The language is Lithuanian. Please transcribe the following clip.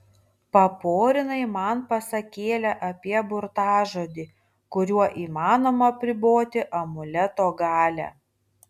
paporinai man pasakėlę apie burtažodį kuriuo įmanoma apriboti amuleto galią